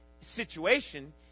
situation